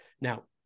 Now